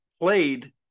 played